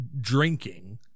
drinking